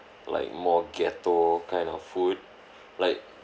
like more ghetto kind of food like